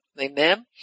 Amen